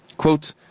Quote